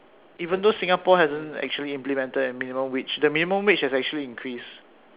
even though Singapore hasn't actually implemented a minimum wage the minimum wage has actually increased